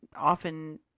often